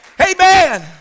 Amen